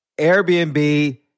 Airbnb